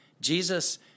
Jesus